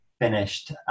finished